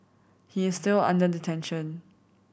he is still under detention